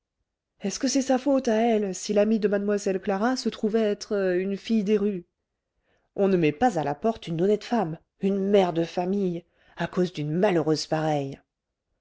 est-ce que c'est sa faute à elle si l'amie de mlle clara se trouve être une fille des rues on ne met pas à la porte une honnête femme une mère de famille à cause d'une malheureuse pareille